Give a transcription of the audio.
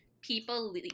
people